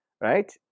right